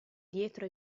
dietro